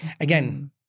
Again